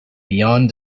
beyond